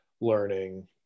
learning